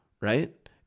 right